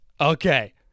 Okay